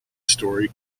story